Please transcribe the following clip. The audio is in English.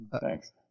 Thanks